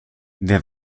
wer